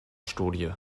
studie